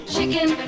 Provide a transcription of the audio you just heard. Chicken